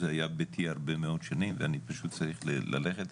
זה היה ביתי הרבה מאוד שנים ואני פשוט צריך ללכת.